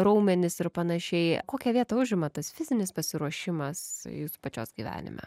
raumenys ir panašiai kokią vietą užima tas fizinis pasiruošimas jūsų pačios gyvenime